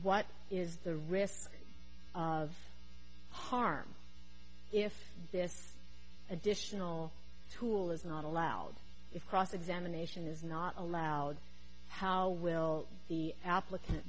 what is the risk of harm if this additional tool is not allowed if cross examination is not allowed how will the applicant